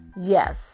yes